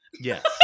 yes